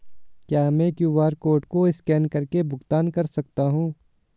क्या मैं QR code को स्कैन करके भुगतान कर सकता हूं?